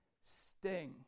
sting